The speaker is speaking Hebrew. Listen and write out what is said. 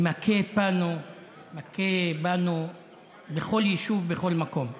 שמכה בנו בכל יישוב, בכל מקום.